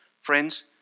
Friends